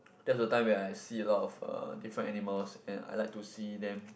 that's the time when I see a lot of uh different animals and I like to see them